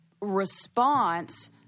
response